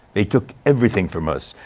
they took everything from us,